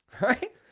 Right